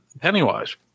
Pennywise